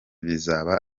bizaba